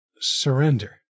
surrender